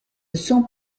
son